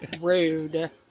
Rude